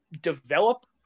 develop